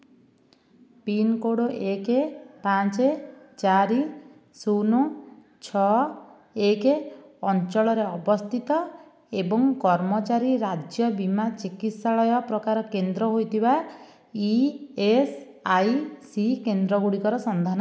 pincode ଏକ ପାଞ୍ଚ ଚାରି ଶୂନ ଛଅ ଏକ ଅଞ୍ଚଳରେ ଅବସ୍ଥିତ ଏବଂ କର୍ମଚାରୀ ରାଜ୍ୟ ବୀମା ଚିକିତ୍ସାଳୟ ପ୍ରକାର କେନ୍ଦ୍ର ହୋଇଥିବା ଇ ଏସ୍ ଆଇ ସି କେନ୍ଦ୍ରଗୁଡ଼ିକର ସନ୍ଧାନ କର